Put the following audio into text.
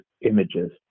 images